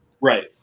Right